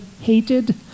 hated